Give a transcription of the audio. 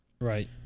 right